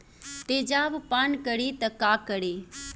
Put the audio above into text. तेजाब पान करी त का करी?